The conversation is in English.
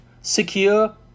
secure